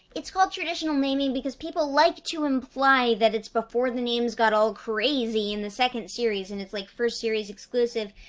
it's called traditional naming because people like to imply that it's before the names got all crazy in the second series and it's like, first series exclusive.